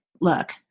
look